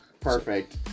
Perfect